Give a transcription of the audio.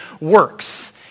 works